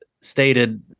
stated